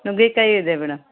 ನುಗ್ಗೇಕಾಯಿ ಇದೆ ಮೇಡಮ್